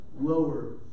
lower